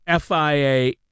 FIA